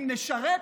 אם נשרת,